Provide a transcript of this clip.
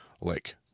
lake